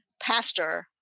pastor